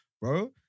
Bro